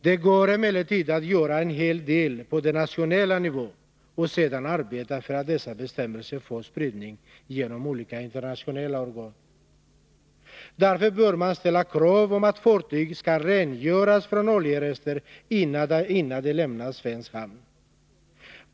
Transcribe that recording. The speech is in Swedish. Det går emellertid att göra en hel del på den nationella nivån och sedan arbeta för att dessa bestämmelser får spridning genom olika internationella organ. Därför bör man ställa krav om att fartyg skall rengöras från oljerester innan det lämnar svensk hamn.